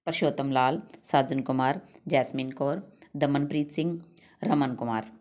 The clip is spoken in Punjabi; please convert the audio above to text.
ਪਰਸ਼ੋਤਮ ਲਾਲ ਸਾਜਨ ਕੁਮਾਰ ਜੈਸਮੀਨ ਕੌਰ ਦਮਨਪ੍ਰੀਤ ਸਿੰਘ ਰਮਨ ਕੁਮਾਰ